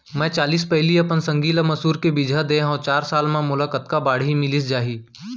मैं चालीस पैली अपन संगी ल मसूर के बीजहा दे हव चार साल म मोला कतका बाड़ही मिलिस जाही?